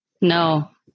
No